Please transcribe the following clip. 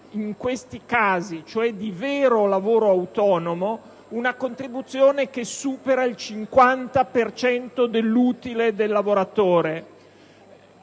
in questi casi di vero lavoro autonomo, una contribuzione che supera il 50 per cento dell'utile del lavoratore.